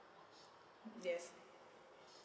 yes